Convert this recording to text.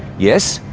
yes,